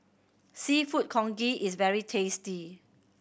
Seafood Congee is very tasty